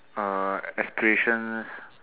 ah aspirations